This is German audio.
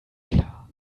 klar